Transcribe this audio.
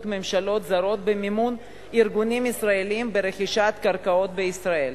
ממשלות זרות במימון ארגונים ישראליים ברכישת קרקעות בישראל.